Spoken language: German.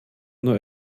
nur